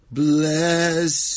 bless